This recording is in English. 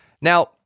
now